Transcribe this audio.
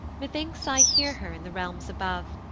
methinks i hear her in the realms above,